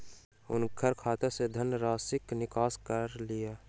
हुनकर खाता सॅ धनराशिक निकासी कय लिअ